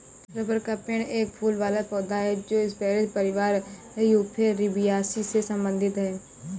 rubber का पेड़ एक फूल वाला पौधा है जो स्परेज परिवार यूफोरबियासी से संबंधित है